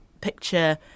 picture